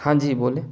ہاں جی بولیں